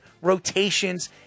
rotations